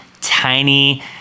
tiny